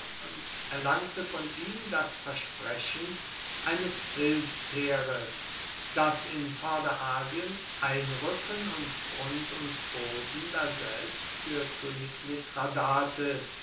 und erlangte von ihm das versprechen eines hilfsheeres das in vorderasien einrücken und grund und boden daselbst für könig mithradates